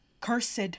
cursed